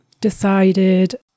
decided